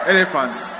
Elephants